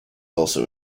also